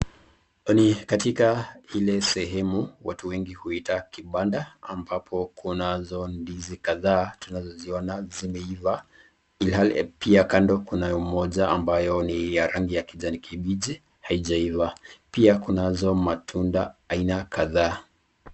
Katika ile sehemu watu wengi huita kibanda ambapo kunazo ndizi kadhaa unaziona zimeiva ilhali pia kando kunayo moja ambayo ni ya rangi ya kijani kibichi haijava, pia kunazo matunda aina kadhaa.